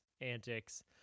antics